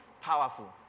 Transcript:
powerful